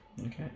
Okay